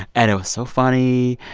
and it was so funny,